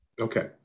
Okay